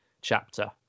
chapter